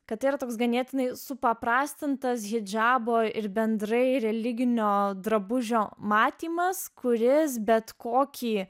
kad yra toks ganėtinai supaprastintas hidžabo ir bendrai religinio drabužio matymas kūrėjas bet kokį